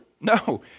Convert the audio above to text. No